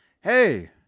Hey